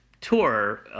tour